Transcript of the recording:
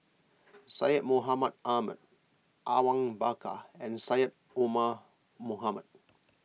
Syed Mohamed Ahmed Awang Bakar and Syed Omar Mohamed